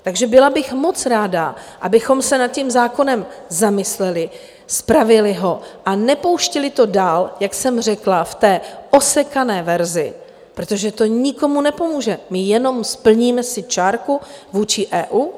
Takže byla bych moc ráda, abychom se nad tím zákonem zamysleli, spravili ho a nepouštěli to dál, jak jsem řekla, v té osekané verzi, protože to nikomu nepomůžeme, my si jenom splníme čárku vůči EU.